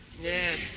Yes